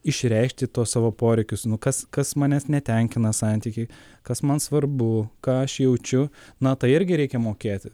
išreikšti tuos savo poreikius nu kas kas manęs netenkina santyky kas man svarbu ką aš jaučiu na tai irgi reikia mokėti